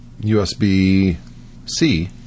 USB-C